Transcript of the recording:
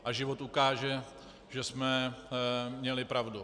A život ukáže, že jsme měli pravdu.